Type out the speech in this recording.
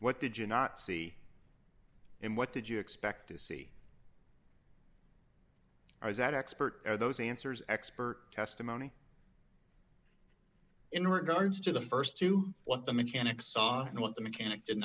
what did you not see and what did you expect to see i was that expert or those answers expert testimony in regards to the st two what the mechanic saw and what the mechanic did